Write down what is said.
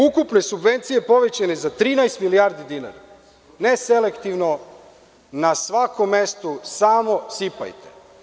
Ukupne subvencije povećane za 13 milijardi dinara, neselektivno na svakom mestu samo sipajte.